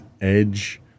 Edge